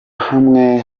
hamwe